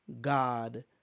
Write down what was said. God